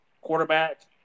quarterback